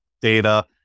data